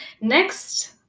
Next